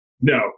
No